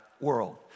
world